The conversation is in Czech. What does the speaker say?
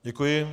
Děkuji.